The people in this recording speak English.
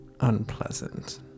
unpleasant